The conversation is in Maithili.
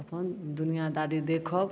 अपन दुनिया दारी देखब